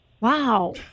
Wow